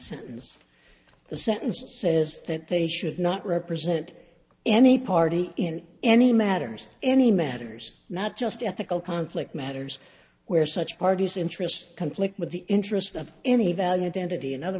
sentence the sentence that says that they should not represent any party in any matters any matters not just ethical conflict matters where such parties interest conflict with the interest of any value density in other